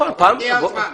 הגיע הזמן.